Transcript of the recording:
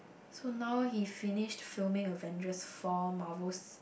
so now he finished filming Avengers four Marvel's